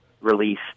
release